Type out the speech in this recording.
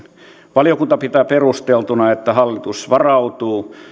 valiokunta pitää perusteltuna että hallitus varautuu